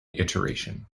iteration